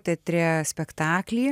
teatre spektaklį